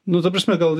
nu ta prasme gal